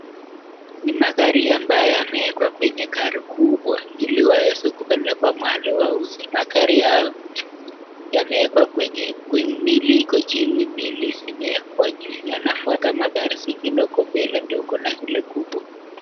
Ni magari ambayo limewekwa kwa gari kubwa, ili waweze kuchukua mahali wauze, gari hao limewekwa mbili chini na mbili juu, wanafuata magari zingine huku mbele.